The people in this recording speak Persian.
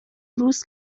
روز